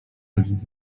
chodzić